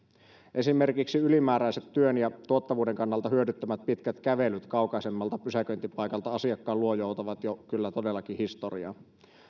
esimerkiksi ylimääräiset työn ja tuottavuuden kannalta hyödyttömät pitkät kävelyt kaukaisemmalta pysäköintipaikalta asiakkaan luo joutavat jo kyllä todellakin historiaan